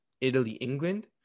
Italy-England